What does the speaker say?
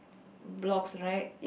blocks right